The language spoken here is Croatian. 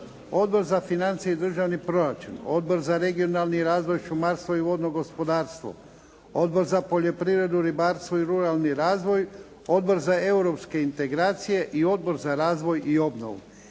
Odbor za financije i državni proračun, Odbor za regionalni razvoj, šumarstvo i vodno gospodarstvo, Odbor za poljoprivredu, ribarstvo i ruralni razvoj, Odbor za europske integracije i Odbor za razvoj i obnovu.